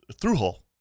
through-hole